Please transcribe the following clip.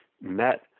met